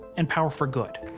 and power for good.